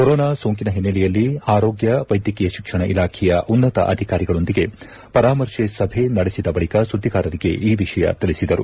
corona ಸೋಂಕಿನ ಹಿನ್ನೆಲೆಯಲ್ಲಿ ಆರೋಗ್ಯ ವೈದ್ಯಕೀಯ ಶಿಕ್ಷಣ ಇಲಾಖೆಯ ಉನ್ನತ ಅಧಿಕಾರಿಕಗಳೊಂದಿಗೆ ಪರಾಮರ್ಶೆ ಸಭೆ ನಡೆಸಿದ ಬಳಿಕ ಸುದ್ದಿಗಾರರಿಗೆ ಈ ವಿಷಯ ತಿಳಿಸಿದರು